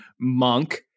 Monk